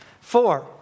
Four